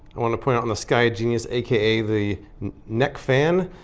i wanted to point out on the skygenius, aka the neck fan,